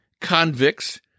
convicts